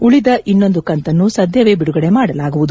ಉಳಿದ ಇನ್ನೊಂದು ಕಂತನ್ನು ಸದ್ಯವೇ ಬಿಡುಗಡೆ ಮಾಡಲಾಗುವುದು